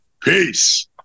Peace